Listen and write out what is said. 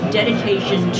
dedication